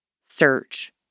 Search